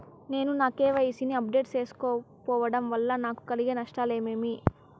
నేను నా కె.వై.సి ని అప్డేట్ సేయకపోవడం వల్ల నాకు కలిగే నష్టాలు ఏమేమీ?